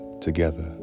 together